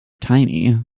tiny